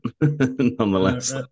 nonetheless